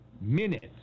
minutes